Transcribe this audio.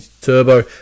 Turbo